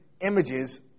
images